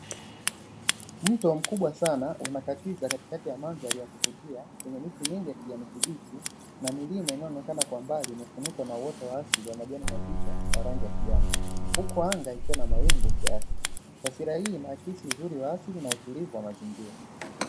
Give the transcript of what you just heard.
Mto mkubwa sana unakatiza katikati ya mandhari ya kuvutia yenye miti mingi ya kijani kibichi na milima inayoonekana kwa mbali imefunikwa na uoto wa asili wa majani mazito ya rangi ya kijani, huku anga likiwa na mawingu kiasi. Taswira hii inaakisi uzuri wa asili na utulivu wa mazingira.